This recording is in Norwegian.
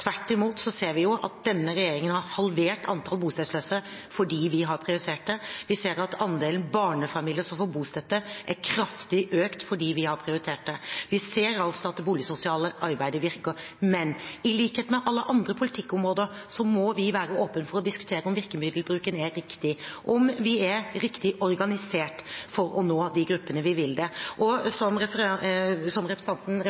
Tvert imot ser vi at denne regjeringen har halvert antallet bostedsløse fordi vi har prioritert det. Vi ser at andelen barnefamilier som får bostøtte, er kraftig økt fordi vi har prioritert det. Vi ser altså at det boligsosiale arbeidet virker. Men i likhet med på alle andre politikkområder må vi være åpen for å diskutere om virkemiddelbruken er riktig, om vi er riktig organisert for å nå de gruppene vi vil. Som representanten refererte, er det noen ganske små endringer i prosentandelen som eier egen bolig. Det er